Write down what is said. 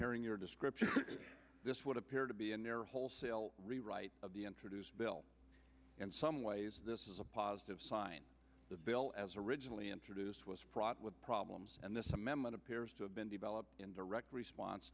hearing your description this would appear to be in error wholesale rewrite of the introduce bill and some ways this is a positive sign the bill as originally introduced was prodded with problems and this amendment appears to have been developed in direct response